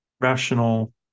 rational